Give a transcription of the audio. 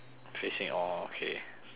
facing orh okay